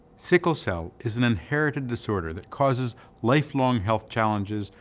sickle cell is an inherited disorder that causes lifelong health challenges,